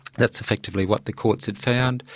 that's effectively what the courts had found.